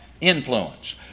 influence